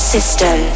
System